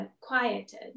quieted